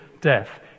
death